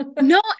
No